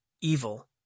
evil